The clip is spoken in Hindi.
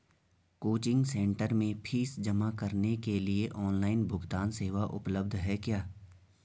कोचिंग सेंटर में फीस जमा करने के लिए ऑनलाइन भुगतान सेवा उपलब्ध है क्या?